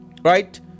right